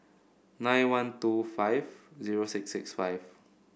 nine one two five zero six six five